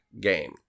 game